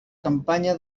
campanya